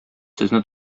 сезне